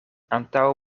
antaŭ